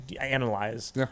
analyze